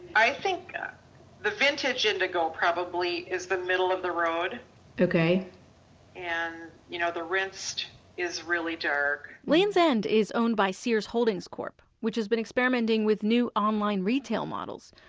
i think the vintage indigo probably is the middle of the road ok and you know the rinsed is really dark lands' end is owned by sears holdings corp, which has been experimenting with new online retail models.